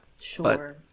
Sure